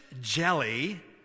jelly